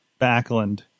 Backlund